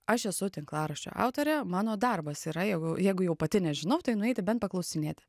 aš esu tinklaraščio autorė mano darbas yra jeigu jeigu jau pati nežinau tai nueiti bent paklausinėti